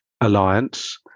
Alliance